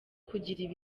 kugirira